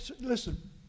listen